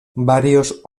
varios